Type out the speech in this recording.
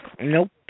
Nope